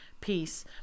peace